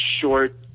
short